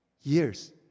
years